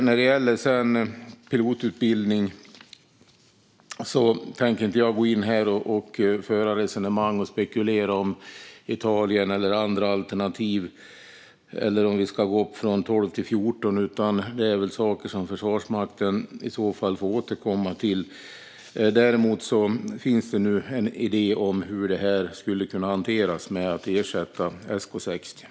När det gäller pilotutbildningen tänker jag inte här gå in och föra resonemang och spekulera om Italien eller andra alternativ eller om vi ska gå upp från 12 till 14. Det är saker som Försvarsmakten får återkomma till. Däremot finns det nu en idé om hur detta att ersätta SK 60 skulle kunna hanteras.